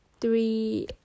three